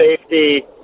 safety